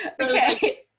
Okay